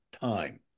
time